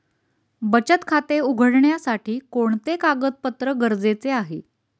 बचत खाते उघडण्यासाठी कोणते कागदपत्रे गरजेचे आहे?